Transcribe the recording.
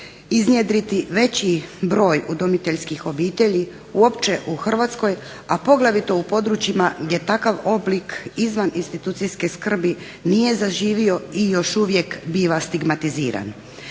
iznjedriti veći broj udomiteljskih obitelji uopće u Hrvatskoj, a poglavito u područjima gdje takav oblik izvaninstitucionalne skrbi nije zaživio i još uvijek biva stigmatiziran.